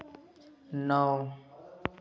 नौ